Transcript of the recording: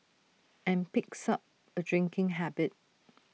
and picks up A drinking habit